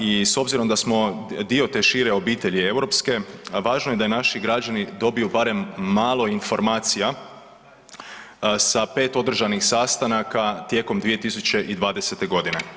I s obzirom da smo dio te šire obitelji europske važno je da naši građani dobiju barem malo informacija sa 5 održanih sastanaka tijekom 2020. godine.